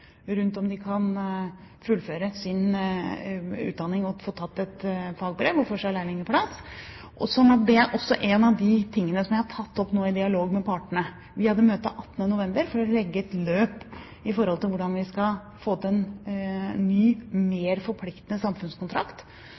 om hvorvidt de kan fullføre sin utdanning og få tatt et fagbrev, og få seg lærlingplass. Så det er også en av de tingene som jeg har tatt opp nå i dialog med partene. Vi hadde møte 18. november for å legge et løp for hvordan vi skal få til en ny, mer forpliktende samfunnskontrakt.